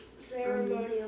Ceremonial